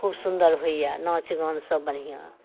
खूब सुन्दर होइया नाँच गान सब बढ़िआँ